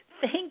thank